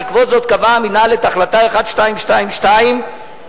בעקבות זאת קבע המינהל את החלטה 1222 לפיצויים